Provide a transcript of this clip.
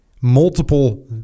multiple